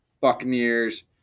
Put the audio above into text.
Buccaneers